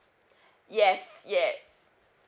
yes yes